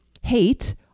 hate